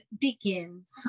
begins